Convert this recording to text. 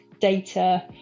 data